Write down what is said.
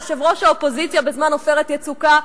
יושב-ראש האופוזיציה בזמן "עופרת יצוקה",